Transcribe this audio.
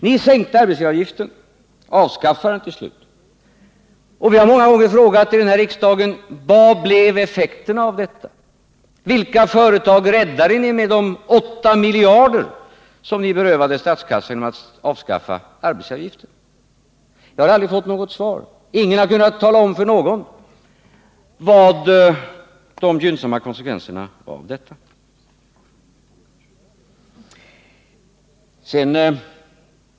Ni sänkte och avskaffade till slut arbetsgivaravgiften, och vi har många gånger frågat i riksdagen: Vad blev effekterna av detta? Vilka företag räddade ni med de 8 miljarder som ni berövade statskassan genom att avskaffa arbetsgivaravgiften? Jag har aldrig fått något svar. Ingen har kunnat tala om för någon vilka de gynnsamma konsekvenserna av detta var.